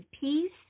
peace